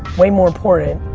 way more important,